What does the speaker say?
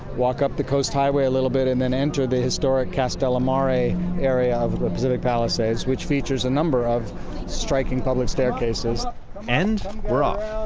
walk up the coast highway a little bit, and then enter the historic castellammare area of the pacific palisades, which features a number of striking public staircases and we're off